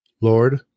Lord